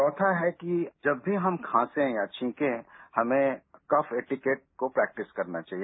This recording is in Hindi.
चौथा है कि जब भी हम खांसे या छींकें हमें कफ ऐटिकेट्स को प्रैक्टिस करना चाहिए